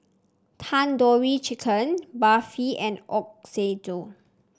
Tandoori Chicken Barfi and Ochazuke